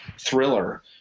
thriller